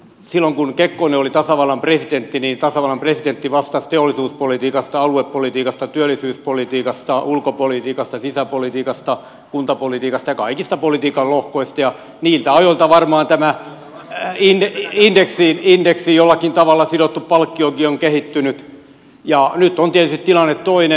silloin kun kekkonen oli tasavallan presidentti niin tasavallan presidentti vastasi teollisuuspolitiikasta aluepolitiikasta työllisyyspolitiikasta ulkopolitiikasta sisäpolitiikasta kuntapolitiikasta ja kaikista politiikan lohkoista ja niiltä ajoilta varmaan tämä indeksiin jollakin tavalla sidottu palkkiokin on kehittynyt ja nyt on tietysti tilanne toinen